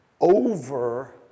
over